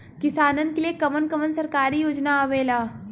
किसान के लिए कवन कवन सरकारी योजना आवेला?